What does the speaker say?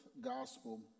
gospel